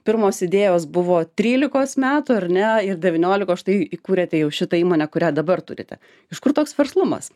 pirmos idėjos buvo trylikos metų ar ne ir devyniolikos štai įkūrėte jau šitą įmonę kurią dabar turite iš kur toks verslumas